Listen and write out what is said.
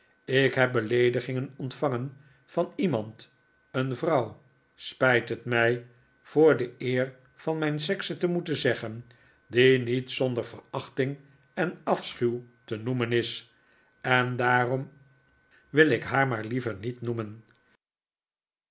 ik heb beleedigingen ontvangen van iemand een vrouw spijt het mij voor de eer van mijn sekse te moeten zeggen die niet zonder verachting en afschuw te noemen is en daarom wil ik haar liever maar niet noemen